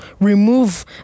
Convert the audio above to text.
remove